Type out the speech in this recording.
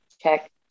check